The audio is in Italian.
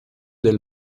del